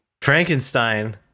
Frankenstein